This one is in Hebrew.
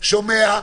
שומע,